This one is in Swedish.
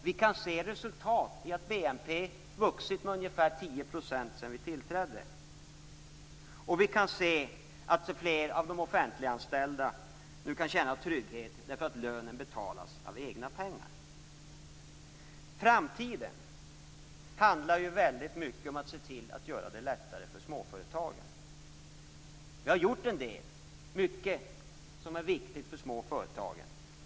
Vi kan se resultat i att BNP har vuxit med ungefär 10 % sedan vi tillträdde. Vi kan också se att fler av de offentliganställda nu kan känna trygghet därför att lönen betalas av egna pengar. Framtiden handlar ju väldigt mycket om att se till att göra det lättare för småföretagen. Vi har gjort en del, och mycket som är viktigt för de små företagen.